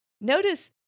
notice